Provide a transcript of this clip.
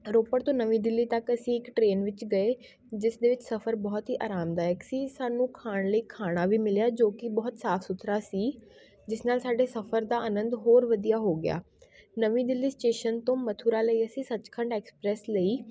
ਰੋਪੜ ਤੋਂ ਨਵੀਂ ਦਿੱਲੀ ਤੱਕ ਅਸੀਂ ਇੱਕ ਟਰੇਨ ਵਿੱਚ ਗਏ ਜਿਸ ਦੇ ਵਿੱਚ ਸਫਰ ਬਹੁਤ ਹੀ ਆਰਾਮਦਾਇਕ ਸੀ ਸਾਨੂੰ ਖਾਣ ਲਈ ਖਾਣਾ ਵੀ ਮਿਲਿਆ ਜੋ ਕਿ ਬਹੁਤ ਸਾਫ ਸੁਥਰਾ ਸੀ ਜਿਸ ਨਾਲ਼ ਸਾਡੇ ਸਫਰ ਦਾ ਆਨੰਦ ਹੋਰ ਵਧੀਆ ਹੋ ਗਿਆ ਨਵੀਂ ਦਿੱਲੀ ਸਟੇਸ਼ਨ ਤੋਂ ਮਥੁਰਾ ਲਈ ਅਸੀਂ ਸੱਚਖੰਡ ਐਕਸਪ੍ਰੈਸ ਲਈ